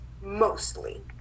mostly